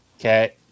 Okay